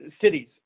cities